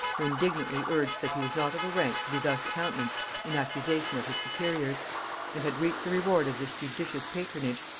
who indignantly urged that he was not of a rank to be thus countenanced in accusation of his superiors and had reaped the reward of this judicious patronage,